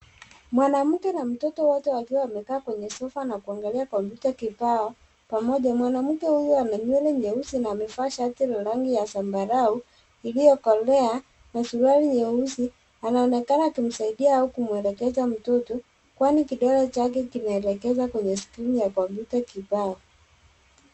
Mwanamke na mtoto wote wakiwa wamekaa kwenye sofa na kuangalia kompyuta kibao pamoja. Mwanamke huyo ana nywele nyeusi na amevaa shati la rangi ya zambarua iliyokolea na suruali nyeusi, anaonekana akimsaidia au kumwelekeza mtoto, kwani kidole chake kinaelekeza kwenye skirini ya kompyuta kibao.